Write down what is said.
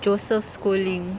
joseph schooling